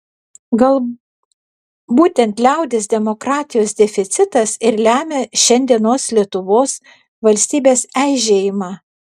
gal būtent liaudies demokratijos deficitas ir lemia šiandienos lietuvos valstybės eižėjimą